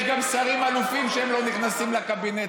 יש גם שרים אלופים שהם לא נכנסים לקבינט,